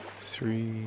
three